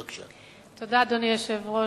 תודה, אדוני היושב-ראש.